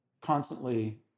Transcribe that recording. constantly